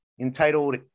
entitled